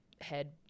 head